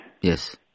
Yes